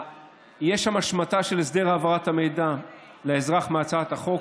יש שם השמטה של הסדר העברת המידע לאזרח מהצעת החוק,